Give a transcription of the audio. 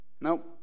Nope